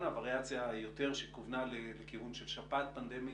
וריאציה שיותר כוונה לכיוון של שפעת פנדמית,